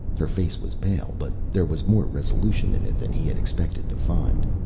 her face was pale, but there was more resolution in it than he had expected to find.